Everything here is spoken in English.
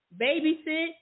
babysit